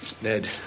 Ned